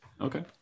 Okay